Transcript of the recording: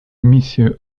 миссию